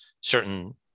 certain